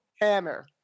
Hammer